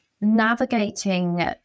navigating